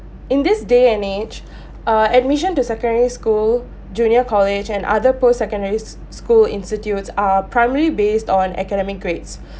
in this day and age uh admission to secondary school junior college and other post secondary sc~ school institutes are primarily based on academic grades